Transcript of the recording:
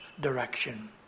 direction